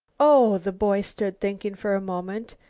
oh! the boy stood thinking for a moment.